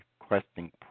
requesting